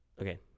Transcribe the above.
okay